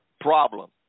problem